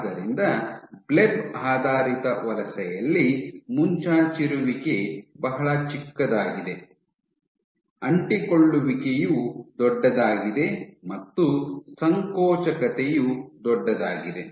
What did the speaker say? ಆದ್ದರಿಂದ ಬ್ಲೆಬ್ ಆಧಾರಿತ ವಲಸೆಯಲ್ಲಿ ಮುಂಚಾಚಿರುವಿಕೆ ಬಹಳ ಚಿಕ್ಕದಾಗಿದೆ ಅಂಟಿಕೊಳ್ಳುವಿಕೆಯು ದೊಡ್ಡದಾಗಿದೆ ಮತ್ತು ಸಂಕೋಚಕತೆಯು ದೊಡ್ಡದಾಗಿದೆ